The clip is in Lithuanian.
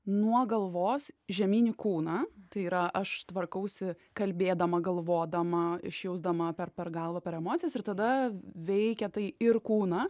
nuo galvos žemyn į kūną tai yra aš tvarkausi kalbėdama galvodama išjausdama per per galvą per emocijas ir tada veikia tai ir kūną